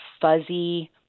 fuzzy